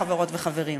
חברות וחברים.